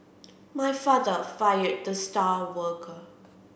my father fired the star worker